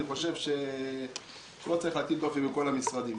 אני חושב שלא צריך להטיל דופי בכל המשרדים.